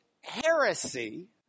heresy